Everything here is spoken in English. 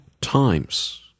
times